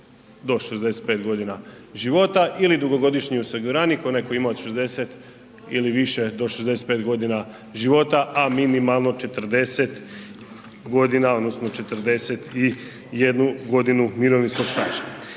do 65 godina života ili dugogodišnji osiguranik onaj koji ima od 60 ili više do 65 godina života, a minimalno 40 godina odnosno 41 godinu mirovinskog staža.